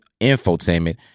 infotainment